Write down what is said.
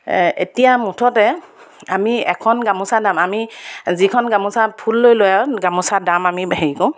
এতিয়া মুঠতে আমি এখন গামোচাৰ দাম আমি যিখন গামোচা ফুল লৈ লৈ আৰু গামোচা দাম আমি হেৰি কৰোঁ